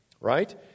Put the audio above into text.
right